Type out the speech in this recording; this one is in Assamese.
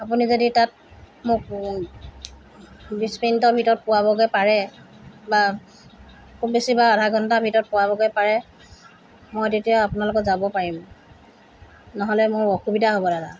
আপুনি যদি তাত মোক বিশ মিনিটৰ ভিতৰত পোৱাবগৈ পাৰে বা খুব বেছি বা আধা ঘণ্টা ভিতৰত পোৱাবগৈ পাৰে মই তেতিয়া আপোনাৰ লগত যাব পাৰিম নহ'লে মোৰ অসুবিধা হ'ব দাদা